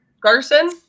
Garson